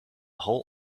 whole